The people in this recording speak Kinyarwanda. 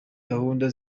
gahunda